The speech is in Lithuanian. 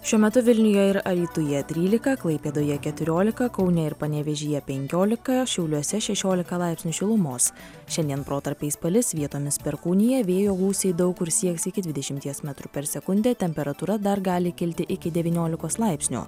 šiuo metu vilniuje ir alytuje trylika klaipėdoje keturiolika kaune ir panevėžyje penkiolika šiauliuose šešiolika laipsnių šilumos šiandien protarpiais palis vietomis perkūnija vėjo gūsiai daug kur sieks iki dvidešimties metrų per sekundę temperatūra dar gali kilti iki devyniolikos laipsnių o